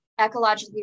ecologically